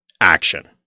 Action